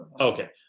Okay